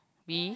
B